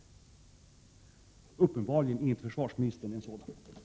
Uppenbarligen är inte försvarsministern en sådan.